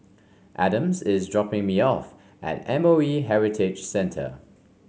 Adams is dropping me off at M O E Heritage Centre